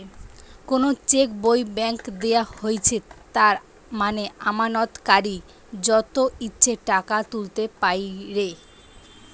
কোনো চেক যদি ব্ল্যাংক দেওয়া হৈছে তার মানে আমানতকারী যত ইচ্ছে টাকা তুলতে পাইরে